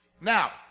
Now